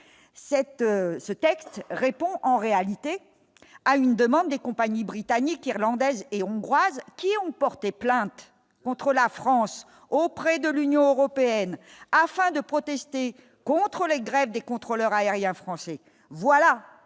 ce texte répond en réalité à une demande des compagnies britanniques, irlandaises et hongroise qui ont porté plainte contre la France auprès de l'Union européenne afin de protester contre la grève des contrôleurs aériens français, voilà